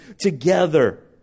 together